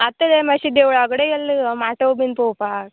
आतां तें मात्शें देवळा कडे गेल्लें गो माटोव बीन पळोवपाक